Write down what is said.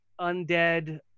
undead